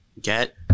Get